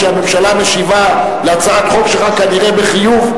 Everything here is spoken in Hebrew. שהממשלה משיבה על הצעת חוק שלך כנראה בחיוב,